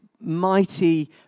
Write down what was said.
mighty